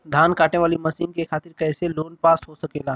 धान कांटेवाली मशीन के खातीर कैसे लोन पास हो सकेला?